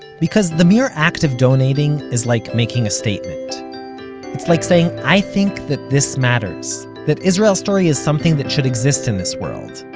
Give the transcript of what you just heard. because the mere act of donating is like making a statement. it's like saying, i think that this matters, that israel story story is something that should exist in this world.